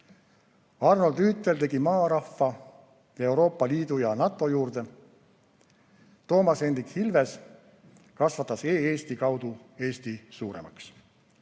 Arnold Rüütel tõi maarahva Euroopa Liidu ja NATO juurde, Toomas Hendrik Ilves kasvatas e-Eesti kaudu Eesti suuremaks.